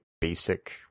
basic